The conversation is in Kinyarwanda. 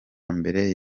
mbere